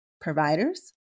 Providers